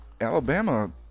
Alabama